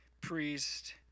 priest